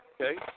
Okay